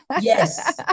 Yes